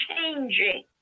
changing